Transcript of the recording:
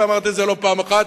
ואמרתי לא פעם אחת,